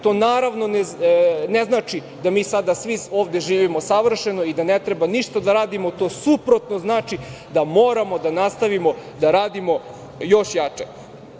To naravno ne znači da mi sada svi ovde živimo savršeno i da ne treba ništa da radimo, to suprotno znači, da moramo da nastavimo da radimo još jače.